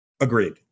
Agreed